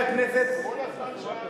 תתפלא, הוא כל הזמן שאל עליך.